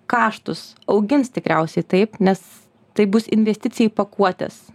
kaštus augins tikriausiai taip nes tai bus investicija į pakuotes